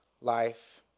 life